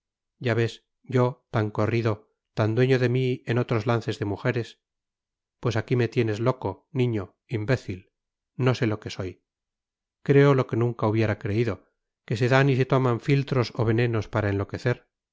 ya ves yo tan corrido tan dueño de mí en otros lances de mujeres pues aquí me tienes loco niño imbécil no sé qué soy creo lo que nunca hubiera creído que se dan y se toman filtros o venenos para enloquecer